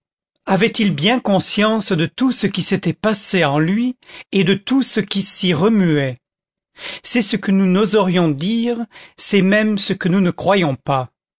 avait-il bien conscience de tout ce qui s'était passé en lui et de tout ce qui s'y remuait c'est ce que nous n'oserions dire c'est même ce que nous ne croyons pas